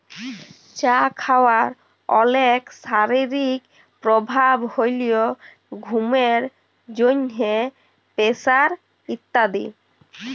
চা খাওয়ার অলেক শারীরিক প্রভাব হ্যয় ঘুমের জন্হে, প্রেসার ইত্যাদি